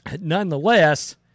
Nonetheless